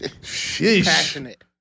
passionate